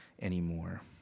anymore